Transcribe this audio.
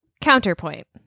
Counterpoint